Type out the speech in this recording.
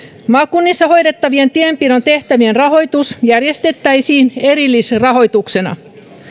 maakunnissa hoidettavien tienpidon tehtävien rahoitus järjestettäisiin erillisrahoituksena